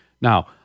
Now